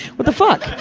what the fuck?